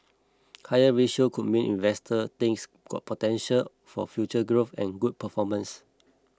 higher ratio could mean investors think got potential for future growth and good performance